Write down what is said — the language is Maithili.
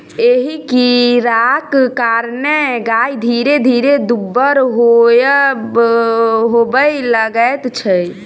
एहि कीड़ाक कारणेँ गाय धीरे धीरे दुब्बर होबय लगैत छै